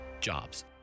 Jobs